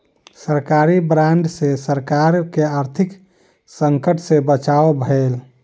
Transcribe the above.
सरकारी बांड सॅ सरकार के आर्थिक संकट सॅ बचाव भेल